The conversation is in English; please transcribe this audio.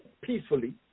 peacefully